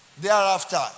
Thereafter